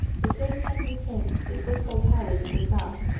the king had retained the fiscal powers of the crown.